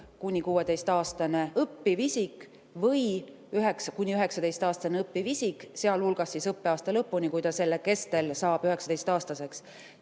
kuni 16‑aastane õppiv isik või kuni 19‑aastane õppiv isik, sealjuures õppeaasta lõpuni, kui ta selle kestel saab 19‑aastaseks. Teil